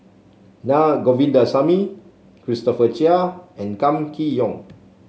Na Govindasamy Christopher Chia and Kam Kee Yong